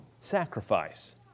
sacrifice